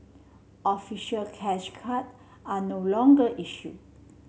official cash card are no longer issue